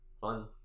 Fun